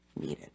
needed